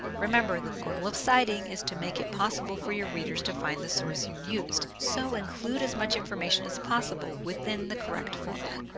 remember, the goal of citing is to make it possible for your readers to find the source you and used. so include as much information as possible within the correct format.